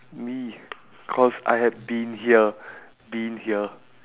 me cause I had been here been here